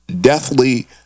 deathly